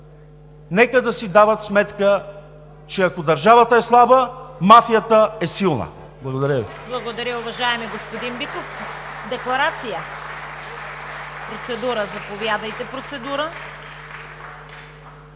нека да си дават сметка, че ако държавата е слаба, мафията е силна.